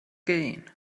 gain